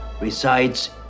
resides